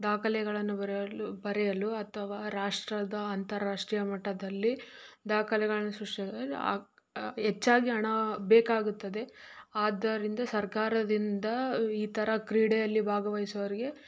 ದಾಖಲೆಗಳನ್ನು ಬರೆಯಲು ಬರೆಯಲು ಅಥವಾ ರಾಷ್ಟ್ರದ ಅಂತಾರಾಷ್ಟ್ರೀಯ ಮಟ್ಟದಲ್ಲಿ ದಾಖಲೆಗಳನ್ನು ಸೃಷ್ಟಿಸಲು ಹೆಚ್ಚಾಗಿ ಹಣ ಬೇಕಾಗುತ್ತದೆ ಆದ್ದರಿಂದ ಸರ್ಕಾರದಿಂದ ಈ ಥರ ಕ್ರೀಡೆಯಲ್ಲಿ ಭಾಗವಹಿಸುವವ್ರಿಗೆ